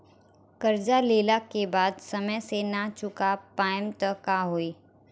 कर्जा लेला के बाद समय से ना चुका पाएम त का होई?